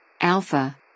Alpha